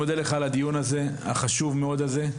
אני מודה לך על הדיון הזה החשוב מאוד הזה,